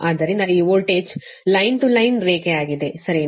ಆದ್ದರಿಂದ ಈ voltage line to line ರೇಖೆಯಾಗಿದೆ ಸರಿನಾ